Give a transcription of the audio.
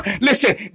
Listen